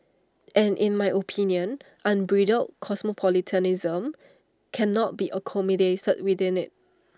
and in my opinion unbridled cosmopolitanism cannot be accommodated within IT